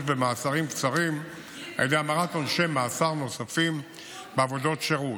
במאסרים קצרים על ידי המרת עונשי מאסר נוספים בעבודות שירות.